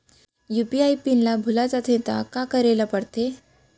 UPI pin ल भुला जाथे त का करे ल पढ़थे?